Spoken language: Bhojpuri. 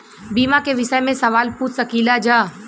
बीमा के विषय मे सवाल पूछ सकीलाजा?